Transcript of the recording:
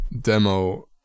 demo